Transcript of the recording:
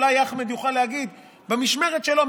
אולי אחמד יוכל להגיד במשמרת שלו,